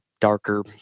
darker